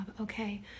okay